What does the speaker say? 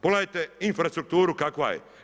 Pogledajte infrastrukturu kakva je.